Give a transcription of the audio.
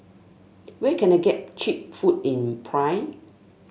where can I get cheap food in Praia